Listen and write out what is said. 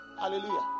Hallelujah